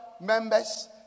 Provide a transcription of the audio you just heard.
members